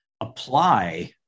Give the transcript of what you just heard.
apply